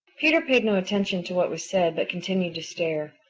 peter paid no attention to what was said but continued to stare.